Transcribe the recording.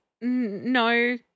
no